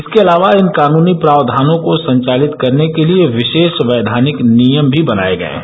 इसके अलावा इन कानूनी प्रावधानों को संचालित करने के लिए वि ीश वैघानिक नियम भी बनाए गए हैं